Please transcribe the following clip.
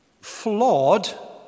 flawed